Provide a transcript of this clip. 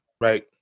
right